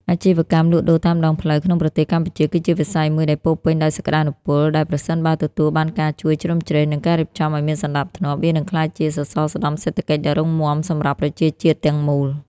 អាជីវកម្មលក់ដូរតាមដងផ្លូវក្នុងប្រទេសកម្ពុជាគឺជាវិស័យមួយដែលពោរពេញដោយសក្ដានុពល ដែលប្រសិនបើទទួលបានការជួយជ្រោមជ្រែង និងការរៀបចំឱ្យមានសណ្ដាប់ធ្នាប់ វានឹងក្លាយជាសសរស្តម្ភសេដ្ឋកិច្ចដ៏រឹងមាំសម្រាប់ប្រជាជាតិទាំងមូល។